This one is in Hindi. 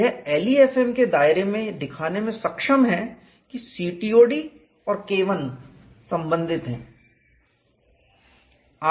यह LEFM के दायरे में दिखाने में सक्षम है कि COD और KI संबंधित हैं